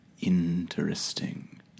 interesting